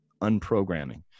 unprogramming